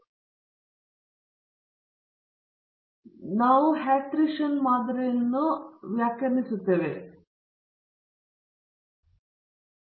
ಆದ್ದರಿಂದ ನಮ್ಮ ಹ್ಯಾಟ್ರೀಷನ್ ಮಾದರಿಯನ್ನು ನಾವು ವ್ಯಾಖ್ಯಾನಿಸುತ್ತೇವೆ ಏಕೆಂದರೆ ಯು ಹ್ಯಾಟ್ ಬೀಟಾಗೆ ಸಮನಾಗಿರುವುದಿಲ್ಲ ಮತ್ತು ಟೋಪಿ 1 hat X 1 plus beta 2 hat X 2 plus ಹೀಗೆ ಬೀಟಾ ಹ್ಯಾಟ್ ಕೆ ಎಕ್ಸ್ ಕೆಗೆ ಸಮನಾಗಿರುತ್ತದೆ